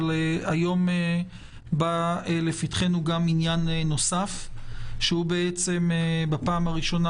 אבל היום גם בא לפתחנו גם עניין נוסף שהוא בעצם בפעם הראשונה,